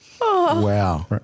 Wow